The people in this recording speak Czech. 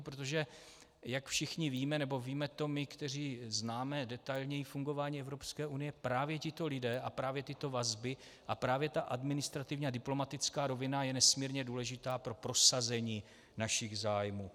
Protože jak všichni víme, nebo víme to my, kteří známe detailněji fungování Evropské unie, právě tito lidé a právě tyto vazby a právě ta administrativní a diplomatická rovina je nesmírně důležitá pro prosazení našich zájmů.